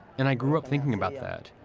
and i grew up thinking about that,